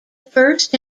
first